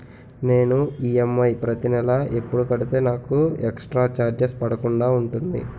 నేను ఈ.ఎం.ఐ ప్రతి నెల ఎపుడు కడితే నాకు ఎక్స్ స్త్ర చార్జెస్ పడకుండా ఉంటుంది?